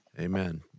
Amen